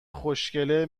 خوشکله